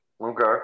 Okay